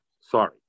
sorry